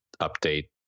update